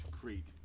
Creek